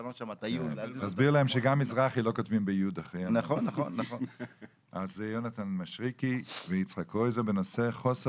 בהצעה לסדר היום של חבר הכנסת יונתן מישרקי ויצחק קרויזר בנושא חוסר